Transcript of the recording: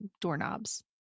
doorknobs